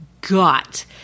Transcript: got